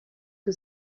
que